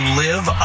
live